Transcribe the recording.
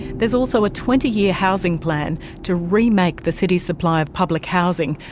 there's also a twenty year housing plan to remake the city's supply of public housing,